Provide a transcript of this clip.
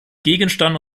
gegenstand